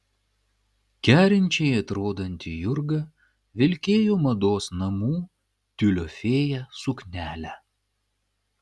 kerinčiai atrodanti jurga vilkėjo mados namų tiulio fėja suknelę